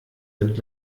sind